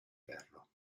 ferro